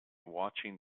watching